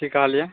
की कहलिए